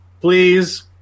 please